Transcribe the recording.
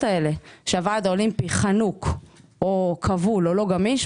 האלה שהוועד האולימפי חנוק או כבול או לא גמיש,